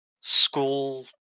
school